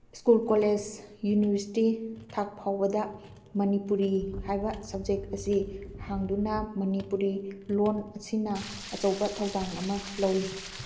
school college university ꯊꯥꯛ ꯐꯥꯎꯕꯗ ꯃꯅꯤꯄꯨꯔꯤ ꯍꯥꯏꯕ ꯁꯞꯖꯦꯛ ꯑꯁꯤ ꯍꯥꯡꯗꯨꯅ ꯃꯅꯤꯄꯨꯔꯤ ꯂꯣꯟ ꯑꯁꯤꯅ ꯑꯆꯧꯕ ꯊꯧꯗꯥꯡ ꯑꯃ ꯂꯧꯏ